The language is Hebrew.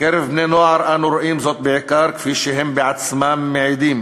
בקרב בני-נוער אנו רואים זאת בעיקר כפי שהם בעצמם מעידים: